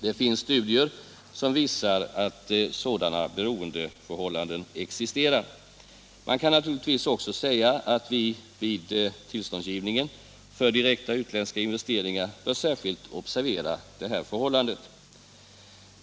Det finns studier som klart visar att ett sådant beroendeförhållande existerar. Man kan naturligtvis också säga att vi vid tillståndsgivningen för direkta utländska investeringar bör särskilt observera detta förhållande.